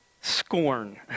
scorn